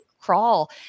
crawl